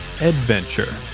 Adventure